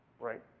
right